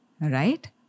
Right